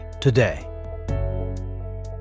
today